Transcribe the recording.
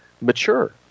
mature